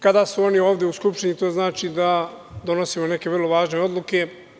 Kada su oni ovde u Skupštini, to znači da donosimo neke vrlo važne odluke.